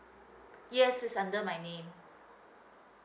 yes it's under my name